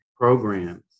programs